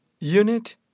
Unit